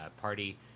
party